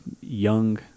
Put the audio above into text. young